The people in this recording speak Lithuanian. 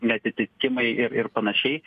neatitikimai ir ir panašiai